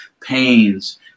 pains